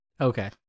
Okay